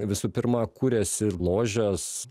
visų pirma kūrėsi ložės